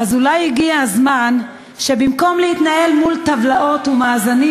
אז אולי הגיע הזמן שבמקום להתנהל מול טבלאות ומאזנים,